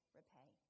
repay